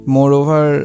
Moreover